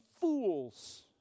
fools